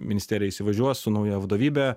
ministerija įsivažiuos su nauja vadovybe